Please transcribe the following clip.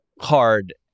hard